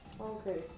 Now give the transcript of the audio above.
Okay